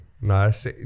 Nice